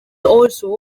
also